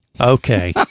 Okay